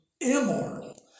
immortal